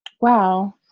Wow